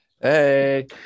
Hey